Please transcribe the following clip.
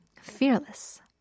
Fearless